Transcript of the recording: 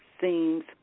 seems